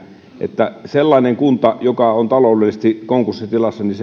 että eihän sellainen kunta joka on taloudellisesti konkurssitilassa